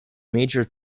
major